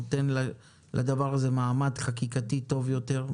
נותן לדבר הזה מעמד חקיקתי טוב יותר,